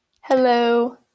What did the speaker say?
Hello